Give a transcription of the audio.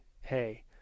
hey